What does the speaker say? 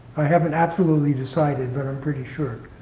i haven't absolutely decided, but i'm pretty sure.